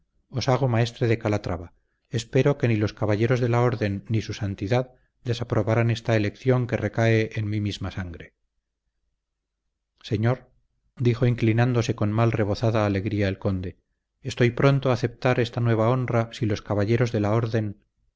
os hago maestre de calatrava espero que ni los caballeros de la orden ni su santidad desaprobarán esta elección que recae en mi misma sangre señor dijo inclinándose con mal rebozada alegría el conde estoy pronto a aceptar esta nueva honra si los caballeros de la orden